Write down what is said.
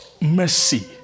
Mercy